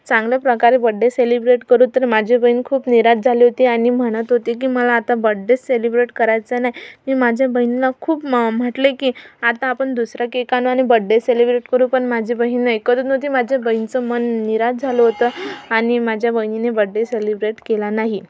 चांगले प्रकारे birthday celebrate करू तर माझी बहीण खूप निराश झाली होती आणि म्हणत होती की मला आता बड्डेच सेलिब्रेट करायचा नाही मी माझ्या बहिणीला खूप म्हटले की आता आपण दुसरा केक आणू आणि बड्डे सेलिब्रेट करू पण माझी बहीण ऐकतच नव्हती माझ्या बहिणीचं मन निराश झालं होतं आणि माझ्या बहिणीने बड्डे सेलिब्रेट केला नाही